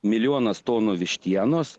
milijonas tonų vištienos